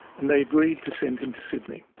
and they agreed to send him to sydney.